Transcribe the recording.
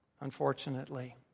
Unfortunately